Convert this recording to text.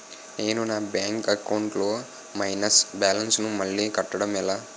నేను నా bank account లొ మైనస్ బాలన్స్ ను మళ్ళీ కట్టడం ఎలా?